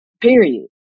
Period